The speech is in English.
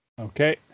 okay